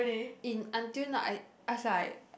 in until now I was like